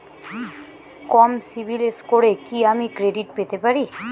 কম CIBIL স্কোরে কি আমি ক্রেডিট পেতে পারি?